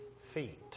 feet